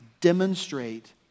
demonstrate